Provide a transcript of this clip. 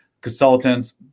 consultants